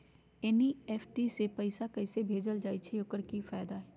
NEFT से पैसा कैसे भेजल जाइछइ? एकर की फायदा हई?